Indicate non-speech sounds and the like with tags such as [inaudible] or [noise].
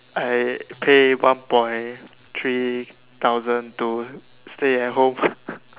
I pay one point three thousand to stay at home [laughs]